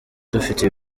dufite